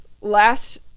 last